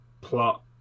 plot